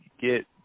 get